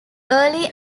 early